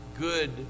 good